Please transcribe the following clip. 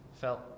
felt